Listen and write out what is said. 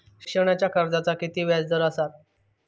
शिक्षणाच्या कर्जाचा किती व्याजदर असात?